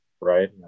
right